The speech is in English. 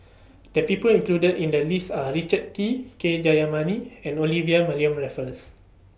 The People included in The list Are Richard Kee K Jayamani and Olivia Mariamne Raffles